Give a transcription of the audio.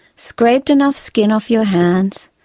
scraped enough skin off your hands,